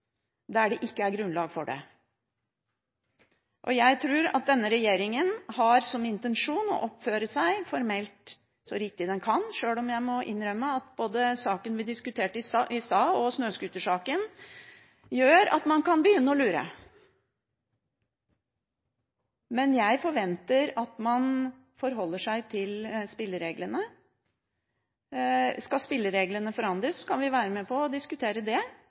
der det ikke er grunnlag for det. Jeg tror at denne regjeringen har som intensjon å oppføre seg så formelt riktig den kan, sjøl om jeg må innrømme at både saken vi diskuterte i stad og snøscootersaken gjør at man kan begynne å lure. Men jeg forventer at man forholder seg til spillereglene. Skal spillereglene forandres, kan vi være med på å diskutere det